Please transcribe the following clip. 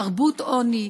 תרבות עוני,